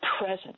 present